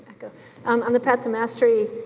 like ah um on the path to mastery,